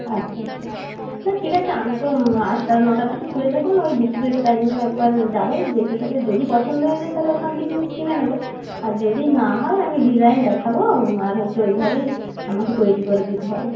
আচ্ছা আচ্ছা না ঠিক আছে আমি তো আটটা নটার দিকে খুলে যখন ওই দুপুরের টাইমে একবার যাবো দেখে তাহলে যদি পছন্দ হয়ে যায় তাহলে ওখান থেকেই কিনে নেবো আর যদি না হয় আমি ডিজাইন দেখাবো আর হচ্ছে ওই ভাবেই আমাকে তৈরি করে দিতে হবে